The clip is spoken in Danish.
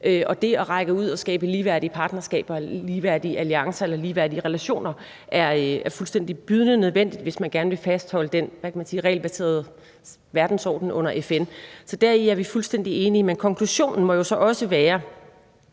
og det at række ud og skabe ligeværdige partnerskaber, ligeværdige alliancer eller ligeværdige relationer er fuldstændig bydende nødvendigt, hvis man gerne vil fastholde den regelbaserede verdensorden under FN. Så deri er vi fuldstændig enige. Men konklusionen må jo så også være,